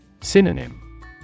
Synonym